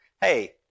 Hey